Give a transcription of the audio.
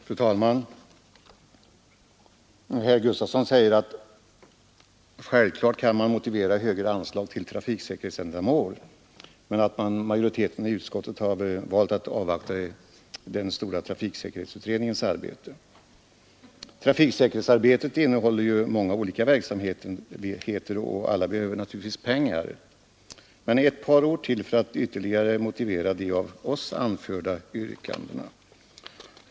Fru talman! Herr Sven Gustafson i Göteborg säger att man självklart kan motivera högre anslag till trafiksäkerhetsändamål men att majoriteten i utskottet valt att avvakta den stora trafiksäkerhetsutredningens arbete. Trafiksäkerhetsarbetet innehåller ju många olika verksamheter, och alla behöver naturligtvis pengar. Jag vill emellertid säga ytterligare några ord för att ytterligare motivera de av oss anförda yrkandena.